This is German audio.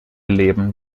leben